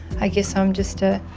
i guess i'm just a